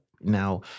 Now